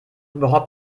überhaupt